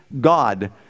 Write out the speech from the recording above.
God